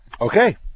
Okay